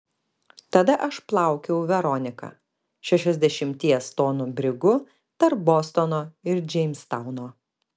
tada aš plaukiojau veronika šešiasdešimties tonų brigu tarp bostono ir džeimstauno